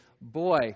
boy